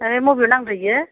ओइ मबेयाव नांदों बेयो